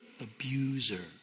abuser